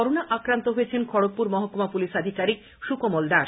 corona আক্রান্ত হয়েছেন খড়গপুর মহকুমা পুলিশ আধিকারিক সুকোমল দাস